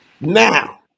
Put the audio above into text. Now